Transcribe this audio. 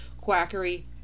quackery